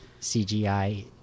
CGI